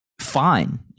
fine